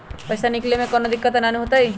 पईसा निकले में कउनो दिक़्क़त नानू न होताई?